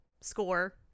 score